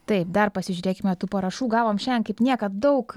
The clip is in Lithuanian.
taip dar pasižiūrėkime tų parašų gavom šiandien kaip niekad daug